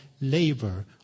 labor